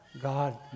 God